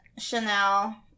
Chanel